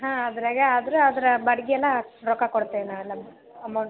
ಹಾಂ ಅದರಾಗ ಆದ್ರೆ ಅದರ ಬಾಡಿಗೆನ ರೊಕ್ಕ ಕೊಡ್ತೇವೆ ನಾವೆಲ್ಲ ಅಮೌಂಟ್